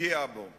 פגיעה בו.